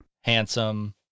handsome